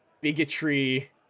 bigotry